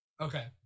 Okay